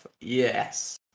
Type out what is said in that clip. Yes